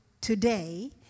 today